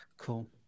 cool